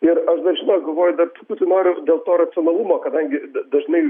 ir aš dar žinot galvoju dar truputį noriu dėl to racionalumo kadangi dažnai